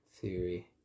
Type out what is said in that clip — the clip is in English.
theory